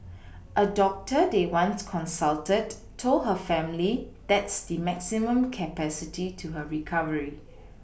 a doctor they once consulted told her family that's the maximum capacity to her recovery